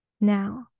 now